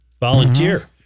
volunteer